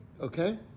Okay